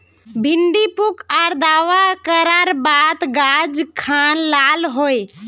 भिन्डी पुक आर दावा करार बात गाज खान लाल होए?